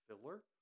filler